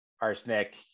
arsenic